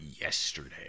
yesterday